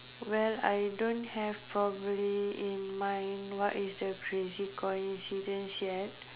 well I don't have probably in mind what is the crazy coincidence yet